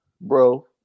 Bro